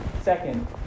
second